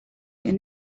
and